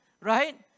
right